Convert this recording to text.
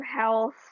health